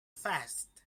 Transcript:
vest